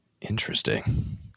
Interesting